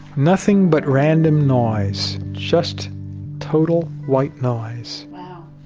nothing but random noise, just total white noise wow.